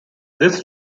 this